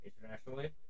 internationally